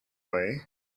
way